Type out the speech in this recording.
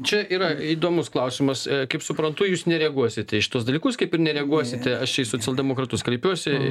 čia yra įdomus klausimas kaip suprantu jūs nereaguosite į šituos dalykus kaip ir nereaguosite aš į socialdemokratus kreipiuosi